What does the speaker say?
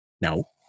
No